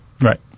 Right